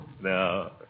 No